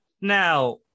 now